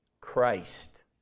Christ